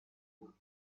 you